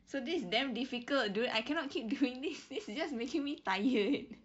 so this is damn difficult dude I cannot keep doing this this is just making me tired